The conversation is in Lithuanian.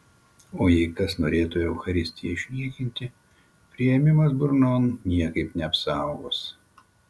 o jei kas norėtų eucharistiją išniekinti priėmimas burnon niekaip neapsaugos